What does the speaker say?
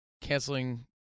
canceling